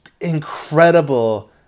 incredible